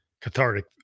cathartic